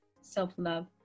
self-love